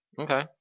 Okay